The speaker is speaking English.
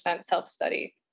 self-study